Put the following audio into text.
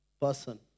person